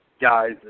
guys